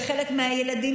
וחלק מהילדים,